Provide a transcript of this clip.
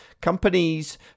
Companies